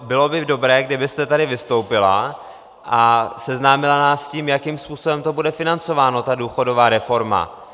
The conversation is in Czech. Bylo by dobré, kdybyste tady vystoupila a seznámila nás s tím, jakým způsobem to bude financováno, ta důchodová reforma.